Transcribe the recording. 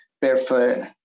barefoot